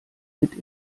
mit